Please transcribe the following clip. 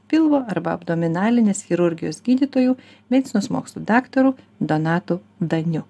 pilvo arba abdominalinės chirurgijos gydytoju medicinos mokslų daktaru donatu daniu